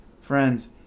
friends